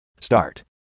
Start